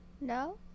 No